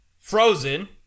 Frozen